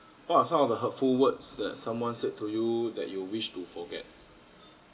what are some of the hurtful words that someone said to you that you wish to forget